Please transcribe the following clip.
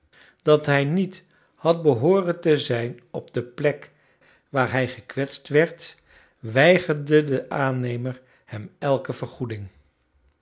dat hij niet had behooren te zijn op de plek waar hij gekwetst werd weigerde de aannemer hem elke vergoeding